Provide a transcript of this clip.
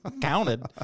counted